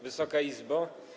Wysoka Izbo!